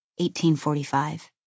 1845